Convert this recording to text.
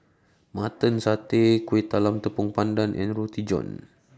Mutton Satay Kueh Talam Tepong Pandan and Roti John